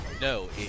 No